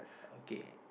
okay